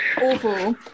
awful